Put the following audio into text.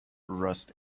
rust